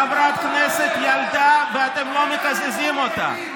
חברת כנסת ילדה, ואתם לא מקזזים אותה.